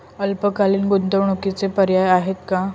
अल्पकालीन गुंतवणूकीचे पर्याय आहेत का?